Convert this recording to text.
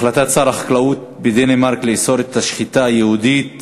החלטת שר החקלאות של דנמרק לאסור את השחיטה היהודית,